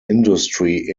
industry